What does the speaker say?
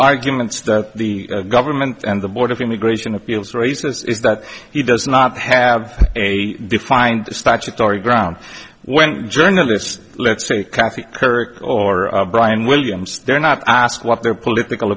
arguments that the government and the board of immigration appeals raises is that he does not have a defined statutory ground when journalists let's say cathy kirk or brian williams they're not asked what their political